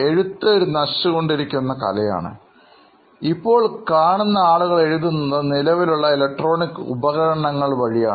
എഴുതു എന്നത് ഒരു നശിച്ചുകൊണ്ടിരിക്കുന്ന കലയാണ് ഇപ്പോൾ കാണുന്ന ആളുകൾ എഴുതുന്നത് നിലവിലെ ഇലക്ട്രോണിക് ഉപകരണങ്ങൾ വഴിയാണ്